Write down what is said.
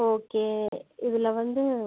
okay இதில் வந்து